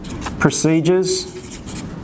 procedures